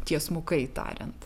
tiesmukai tariant